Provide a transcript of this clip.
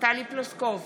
טלי פלוסקוב,